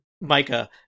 Micah